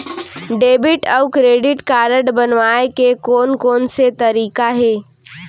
Debit अऊ credit card बनवाए के कोन कोन से तरीका हे?